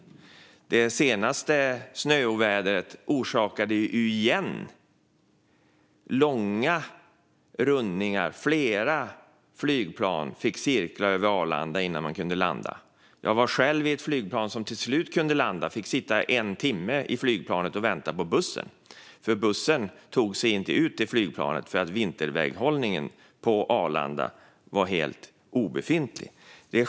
Det senaste snöovädret orsakade återigen långa rundningar. Flera flygplan fick cirkla över Arlanda innan de kunde landa. Jag var själv i ett flygplan som till slut kunde landa och fick sedan sitta en timme i flygplanet och vänta på bussen, för den tog sig inte ut till flygplanet därför att vinterväghållningen på Arlanda var helt obefintlig.